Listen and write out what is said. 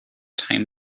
time